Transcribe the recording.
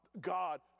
God